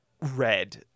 red